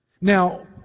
Now